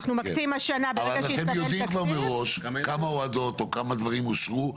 אבל אתם יודעים כבר מראש כמה הורדות וכמה דברים אושרו.